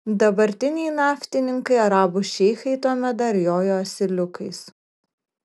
dabartiniai naftininkai arabų šeichai tuomet dar jojo asiliukais